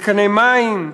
מתקני מים,